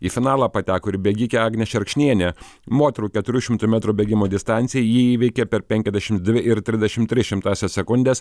į finalą pateko ir bėgikė agnė šerkšnienė moterų keturių šimtų metrų bėgimo distanciją ji įveikė per penkiasdešimt dvi ir trisdešimt tris šimtąsias sekundės